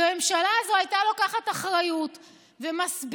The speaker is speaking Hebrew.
אם הממשלה הזאת הייתה לוקחת אחריות ומסבירה